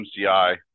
MCI